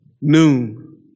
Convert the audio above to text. noon